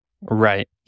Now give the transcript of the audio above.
Right